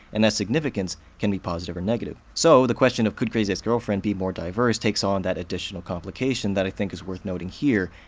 and that significance can be positive or negative. so, the question of could crazy ex-girlfriend be more diverse? takes on that additional complication that i think is worth noting here,